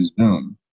Zoom